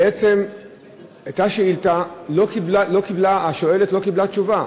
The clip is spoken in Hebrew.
בעצם הייתה שאילתה, והשואלת לא קיבלה תשובה.